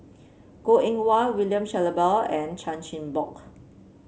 Goh Eng Wah William Shellabear and Chan Chin Bock